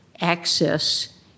access